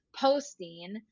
posting